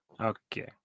okay